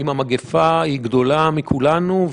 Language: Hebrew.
אם המגיפה גדולה מכולנו,